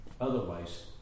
otherwise